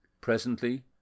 Presently